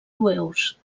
jueus